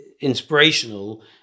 inspirational